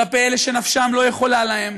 כלפי אלה שנפשם לא יכולה להם,